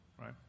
right